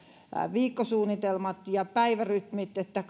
viikkosuunnitelmat ja päivärytmit että